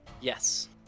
Yes